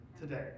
today